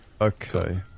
Okay